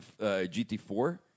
GT4